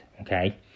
okay